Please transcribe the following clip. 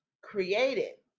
created